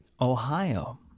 Ohio